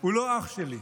הוא לא אח שלי,